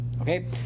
Okay